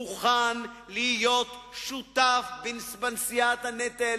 מוכן, להיות שותף בנשיאת הנטל,